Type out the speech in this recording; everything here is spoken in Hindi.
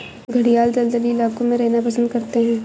घड़ियाल दलदली इलाकों में रहना पसंद करते हैं